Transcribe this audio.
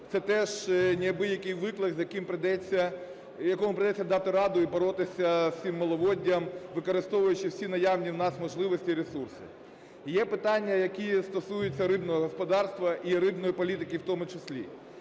Це теж неабиякий виклик, з якому прийдеться дати раду і боротися з цим маловоддям, використовуючи всі наявні в нас можливості і ресурси. І є питання, які стосуються рибного господарства і рибної політики в тому числі.